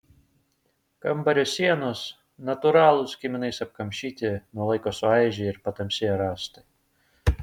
kambario sienos natūralūs kiminais apkamšyti nuo laiko suaižėję ir patamsėję rąstai